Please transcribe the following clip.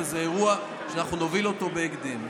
וזה אירוע שאנחנו נוביל אותו בהקדם.